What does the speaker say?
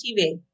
TV